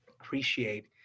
appreciate